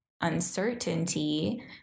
uncertainty